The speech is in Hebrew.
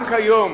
גם כיום